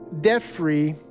debt-free